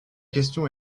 question